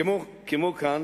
כמו כאן